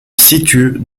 situe